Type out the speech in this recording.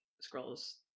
scrolls